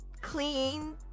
clean